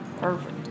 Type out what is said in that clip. Perfect